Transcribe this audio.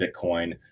Bitcoin